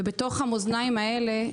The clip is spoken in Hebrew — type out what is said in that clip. בתוך המאזניים האלה,